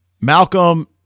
Malcolm